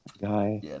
guy